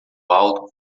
alto